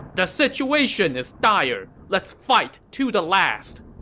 the situation is dire! let's fight to the last!